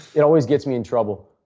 it always gets me and trouble.